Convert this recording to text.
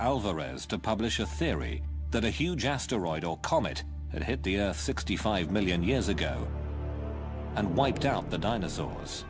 alvarez to publish a theory that a huge asteroid or comet that hit the earth sixty five million years ago and wiped out the dinosaurs